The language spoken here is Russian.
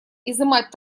изымать